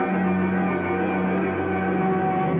the